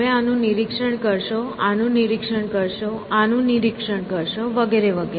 તમે આનું નિરીક્ષણ કરશો આનું નિરીક્ષણ કરશો આનું નિરીક્ષણ કરશો વગેરે વગેરે